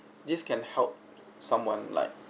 this can help someone like